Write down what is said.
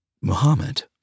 Muhammad